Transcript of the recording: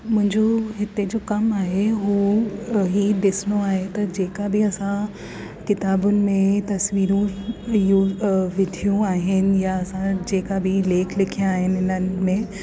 मुंहिंजो हिते जो कमु आहे उहो इहा ॾिसणो आहे त जेका बि असां किताबुनि में तस्वीरूं विधियूं आहिनि या असां जेका बि लेख लिखिया आइन हिननि में